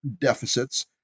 deficits